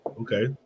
Okay